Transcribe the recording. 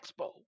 expo